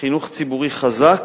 חינוך ציבורי חזק